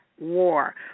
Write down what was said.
war